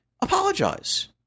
apologize